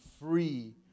free